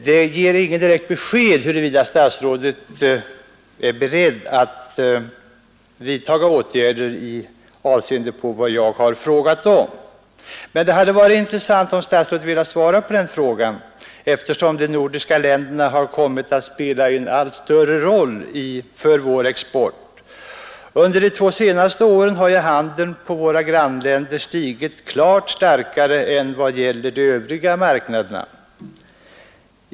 Det ger emellertid inget direkt besked huruvida statsrådet är beredd att vidtaga åtgärder i avseende på vad jag har frågat om. Det hade varit intressant om statsrådet velat svara på den frågan, eftersom de nordiska länderna har kommit att spela en allt större roll för vår export. Under de två senaste åren har ju handeln med våra grannländer stigit klart starkare än vad som gäller de övriga marknaderna.